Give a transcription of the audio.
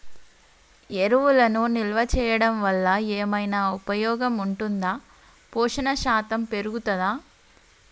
ఎరువులను నిల్వ చేయడం వల్ల ఏమైనా ఉపయోగం ఉంటుందా పోషణ శాతం పెరుగుతదా?